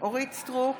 אורית מלכה סטרוק,